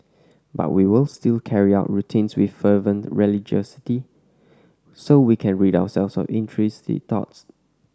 but we will still carry out routines with fervent religiosity so we can rid ourselves of intrusive thoughts